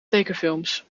tekenfilms